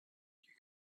you